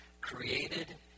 created